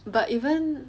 but even